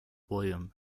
william